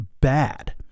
bad